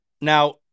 Now